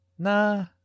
Nah